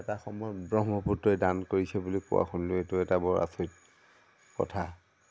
এটা সময়ত ব্ৰহ্মপুত্ৰই দান কৰিছে বুলি কোৱা শুনিলো এইটো এটা বৰ আচৰিত কথা